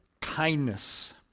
kindness